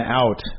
out